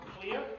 clear